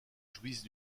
jouissent